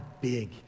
big